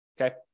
okay